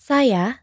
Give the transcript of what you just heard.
Saya